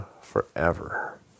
forever